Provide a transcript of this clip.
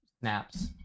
snaps